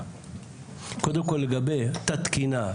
קודם כל לגבי תת תקינה,